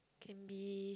can be